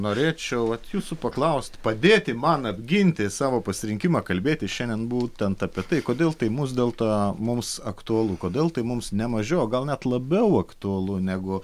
norėčiau vat jūsų paklaust padėti man apginti savo pasirinkimą kalbėti šiandien būtent apie tai kodėl tai mus dėl to mums aktualu kodėl tai mums ne mažiau o gal net labiau aktualu negu